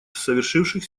совершивших